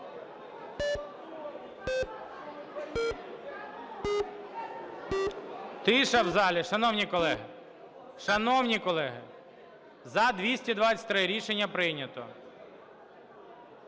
Тиша в залі, шановні колеги. Шановні колеги! 13:44:28 За-223 Рішення прийнято.